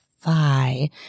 thigh